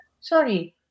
Sorry